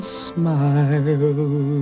smile